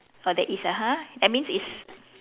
oh there is !huh! that means it's